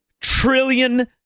trillion